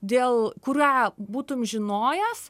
dėl kurią būtum žinojęs